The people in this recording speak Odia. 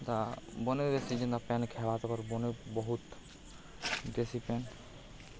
ତ ବନେ କରି ଯେନ୍ତା ପେନ୍ ଖେବା ତାପରେ ବନେ ବହୁତ୍ ଦେସି ପେନ୍